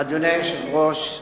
אדוני היושב-ראש,